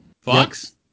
Fox